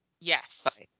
yes